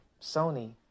Sony